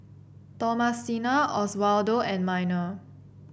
Thomasina Oswaldo and Minor